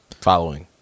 Following